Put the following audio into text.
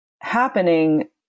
happening